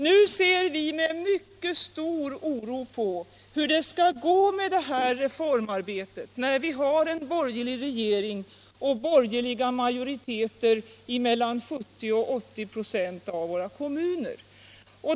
Nu ser vi med mycket stor oro på hur det skall gå med detta reformarbete, när vi har en borgerlig regering och borgerliga majoriteter i mellan 70 och 80 96 av våra kommuner.